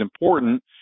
important